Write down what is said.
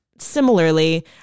similarly